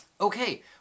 okay